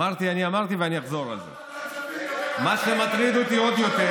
אמרתי ואני אחזור על זה: מה שמטריד אותי עוד יותר